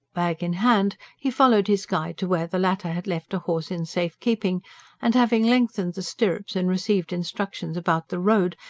bag in hand, he followed his guide to where the latter had left a horse in safe-keeping and having lengthened the stirrups and received instructions about the road,